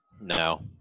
No